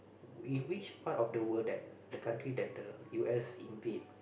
in which part of the world that the country that the U_S invade